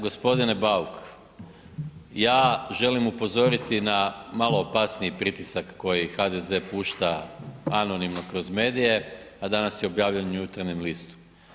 Gospodine Bauk, ja želim upozoriti na malo opasniji pritisak koji HDZ pušta anonimno kroz medije a danas je objavljen u Jutarnjem listu.